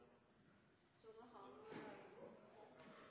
Så kan vi se på